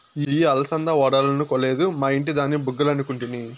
ఇయ్యి అలసంద వడలనుకొలేదు, మా ఇంటి దాని బుగ్గలనుకుంటిని